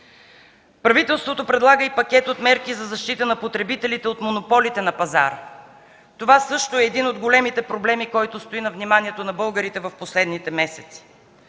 Правителството предлага и пакет от мерки за защита на потребителите от монополите на пазара. Това също е един от големите проблеми, който стои на вниманието на българите в последните месеци.